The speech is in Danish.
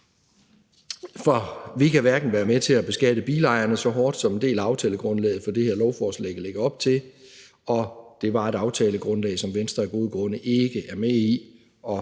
to. Vi kan ikke være med til at beskatte bilejerne så hårdt, som en del af aftalegrundlaget for det her lovforslag lægger op til, og det var et aftalegrundlag, som Venstre af gode grunde ikke var med i.